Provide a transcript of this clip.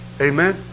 Amen